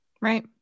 Right